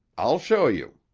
i'll show you.